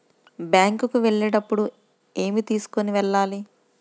Bank కు వెళ్ళేటప్పుడు ఏమి తీసుకొని వెళ్ళాలి?